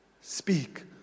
speak